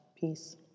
Peace